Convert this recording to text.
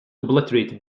obliterated